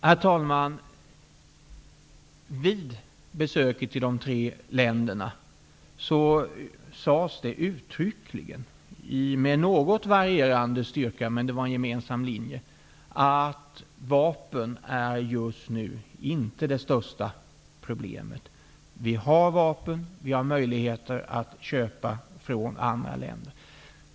Herr talman! Vid besöket i de tre länderna sades det uttryckligen, med något varierande styrka, men med en gemensam inriktning, att vapen inte är det största problemet just nu. Man har vapen, och man har möjligheter att köpa från andra länder.